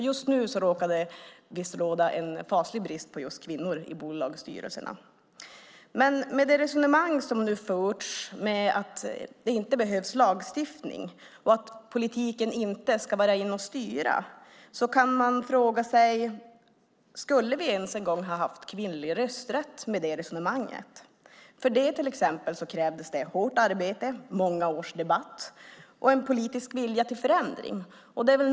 Just nu råkar det råda en faslig brist på kvinnor i bolagsstyrelserna. Det har nu förts ett resonemang om att det inte behövs lagstiftning och att politiken inte ska vara inne och styra. Man kan fråga sig: Skulle vi ens en gång ha haft kvinnlig rösträtt med det resonemanget? För det krävdes det hårt arbete, många års debatt och en vilja till förändring.